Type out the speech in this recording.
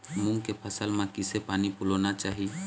मूंग के फसल म किसे पानी पलोना चाही?